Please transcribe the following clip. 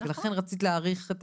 ולכן רצית להאריך.